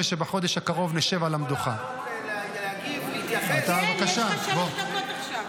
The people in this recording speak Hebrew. שר העבודה לא יגיד מילה רעה על החוק הזה.